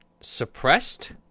Suppressed